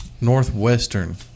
Northwestern